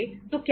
तो क्या होगा